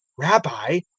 rabbi,